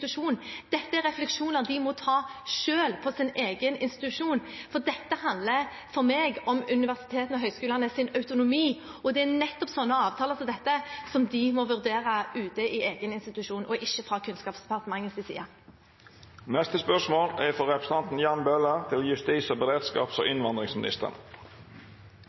dette er refleksjoner de må gjøre selv, på sin egen institusjon. For dette handler for meg om universitetenes og høyskolenes autonomi, og det er nettopp sånne avtaler som dette som må vurderes ute i egen institusjon, og ikke fra Kunnskapsdepartementets side. Jeg vil gjerne stille følgende spørsmål til justis-, beredskaps- og innvandringsministeren: